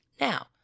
Now